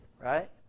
right